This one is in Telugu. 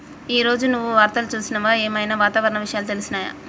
ఈ రోజు నువ్వు వార్తలు చూసినవా? ఏం ఐనా వాతావరణ విషయాలు తెలిసినయా?